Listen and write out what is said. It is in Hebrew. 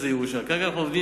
כרגע אנחנו עובדים